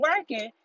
working